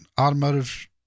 automotive